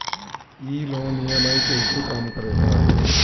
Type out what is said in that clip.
ई loan EMI कईसे काम करेला?